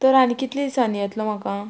तर आनी कितले दिसांनी येतलो म्हाका